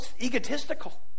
egotistical